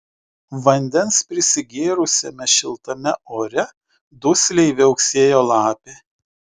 vandens prisigėrusiame šiltame ore dusliai viauksėjo lapė